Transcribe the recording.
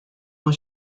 was